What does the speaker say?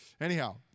Anyhow